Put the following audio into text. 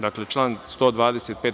Dakle, član 125.